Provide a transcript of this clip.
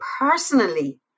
personally